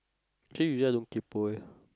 actually we just don't kaypo eh